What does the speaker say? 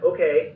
Okay